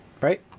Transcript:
Right